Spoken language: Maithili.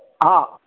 हँ